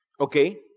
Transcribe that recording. Okay